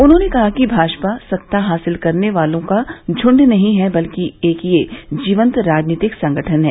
उन्होंने कहा कि भाजपा सत्ता हासिल करने वालों का झुंड नहीं है बल्कि ये एक जीवंत राजनीतिक संगठन है